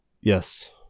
Yes